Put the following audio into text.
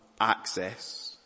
access